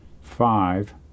five